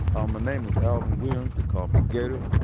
um name is alvin williams. they call me gator.